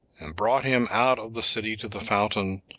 and brought him out of the city to the fountain,